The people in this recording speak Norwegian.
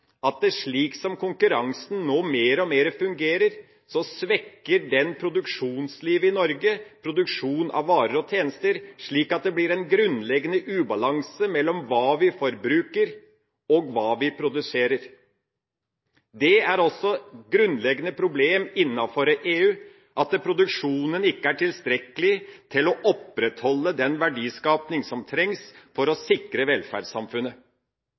at slik som konkurransen mer og mer fungerer, svekker den produksjonslivet i Norge, produksjon av varer og tjenester, slik at det blir en grunnleggende ubalanse mellom hva vi forbruker, og hva vi produserer. Det er også et grunnleggende problem innenfor EU at produksjonen ikke er tilstrekkelig til å opprettholde den verdiskaping som trengs for å sikre velferdssamfunnet.